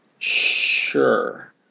Sure